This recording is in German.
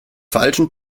falschen